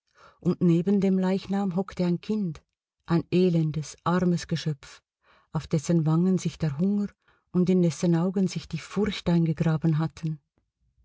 und neben dem leichnam hockte ein kind ein elendes armes geschöpf auf dessen wangen sich der hunger und in dessen augen sich die furcht eingegraben hatten